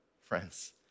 friends